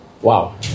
Wow